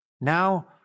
Now